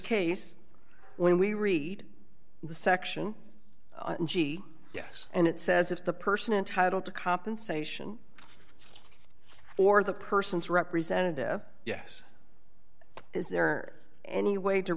when we read the section yes and it says if the person entitled to compensation for the person's representative yes is there any way to